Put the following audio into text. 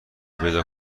پیدا